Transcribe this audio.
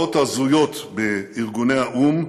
הצבעות הזויות בארגוני האו"ם,